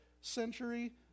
century